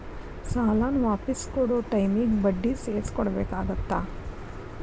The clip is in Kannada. ಸಾಲಾನ ವಾಪಿಸ್ ಕೊಡೊ ಟೈಮಿಗಿ ಬಡ್ಡಿ ಸೇರ್ಸಿ ಕೊಡಬೇಕಾಗತ್ತಾ